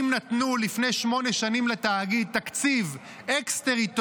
אם נתנו לפני שמונה שנים לתאגיד תקציב אקס-טריטוריה,